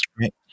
Right